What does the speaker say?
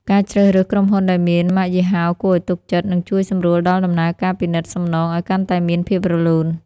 ការជ្រើសរើសក្រុមហ៊ុនដែលមាន ម៉ាកយីហោគួរឱ្យទុកចិត្ត នឹងជួយសម្រួលដល់ដំណើរការពិនិត្យសំណងឱ្យកាន់តែមានភាពរលូន។